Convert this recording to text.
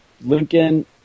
Lincoln